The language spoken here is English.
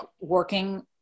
working